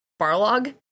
Barlog